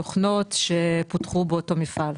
תוכנות שפותחו באותו מפעל.